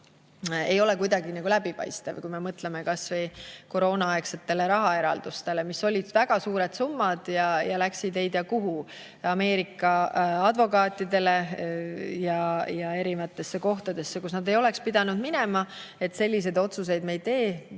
ei ole kuidagi nagu läbipaistev. Kui me mõtleme kas või koroonaaegsetele rahaeraldustele, mis olid väga suured summad ja läksid ei tea kuhu, Ameerika advokaatidele ja erinevatesse kohtadesse, kuhu nad ei oleks pidanud minema. Selliseid otsuseid me ei tee, me